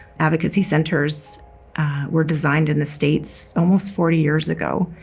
advocacy centers were designed in the states almost fourty years ago